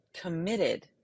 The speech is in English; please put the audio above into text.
committed